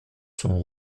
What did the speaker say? sont